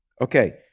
Okay